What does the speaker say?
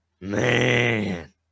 Man